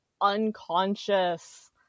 unconscious